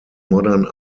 modern